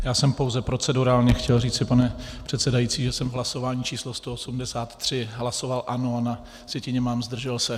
Já jsem pouze procedurálně chtěl říci, pane předsedající, že jsem v hlasování číslo 183 hlasoval ano a na sjetině mám zdržel se.